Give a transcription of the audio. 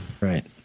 Right